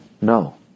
No